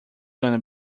gonna